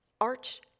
arch